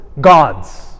gods